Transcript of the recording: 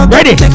Ready